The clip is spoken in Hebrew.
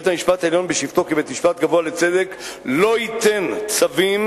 בית-המשפט בשבתו כבית-משפט גבוה לצדק לא ייתן צווים